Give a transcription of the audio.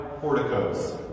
porticos